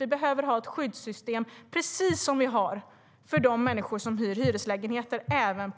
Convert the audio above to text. Vi behöver ha ett skyddssystem även på detta område, precis som vi har för de människor som hyr hyreslägenheter.